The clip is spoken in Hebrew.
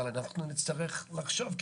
אבל אנחנו נצטרך לחשוב,